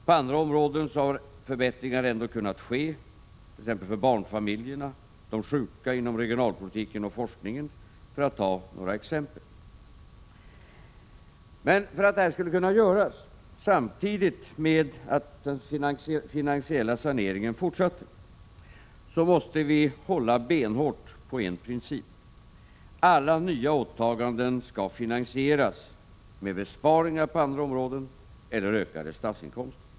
På andra områden har förbättringar ändå kunnat ske, t.ex. för barnfamiljerna, för de sjuka, inom regionalpolitiken och forskningen, för att ta några exempel. Men för att detta skulle kunna göras samtidigt med att den finansiella saneringen fortsatte, måste vi hålla benhårt på en princip: alla nya åtaganden skall finansieras med besparingar på andra områden eller med ökade statsinkomster.